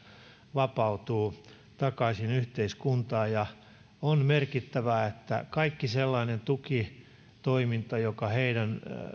vapautuu takaisin yhteiskuntaan ja on merkittävää että kaikki sellainen tukitoiminta jolla heidän